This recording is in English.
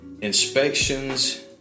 inspections